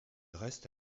reste